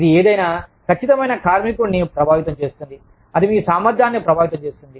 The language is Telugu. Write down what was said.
ఇది ఏదైనా ఖచ్చితమైన కార్మికుడిని ప్రభావితం చేస్తుంది అది మీ సామర్థ్యాన్ని ప్రభావితం చేస్తుంది